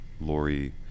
Lori